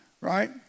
right